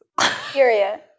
Period